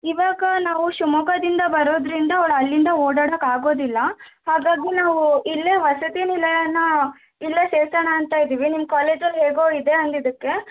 ಇವಾಗ ನಾವು ಶಿವಮೊಗ್ಗದಿಂದ ಬರೋದರಿಂದ ಅವ್ಳು ಅಲ್ಲಿಂದ ಓಡಾಡಕ್ಕೆ ಆಗೋದಿಲ್ಲ ಹಾಗಾಗಿ ನಾವು ಇಲ್ಲೇ ವಸತಿನಿಲಯನ ಇಲ್ಲೇ ಸೇರ್ಸೋಣ ಅಂತ ಇದ್ದೀವಿ ನಿಮ್ಮ ಕಾಲೇಜಲ್ಲಿ ಹೇಗೋ ಇದೆ ಅಂದಿದ್ದಕ್ಕೆ